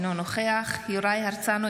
אינו נוכח יוראי להב הרצנו,